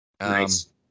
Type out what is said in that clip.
nice